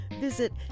visit